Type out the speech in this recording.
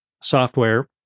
software